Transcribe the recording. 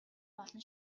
болно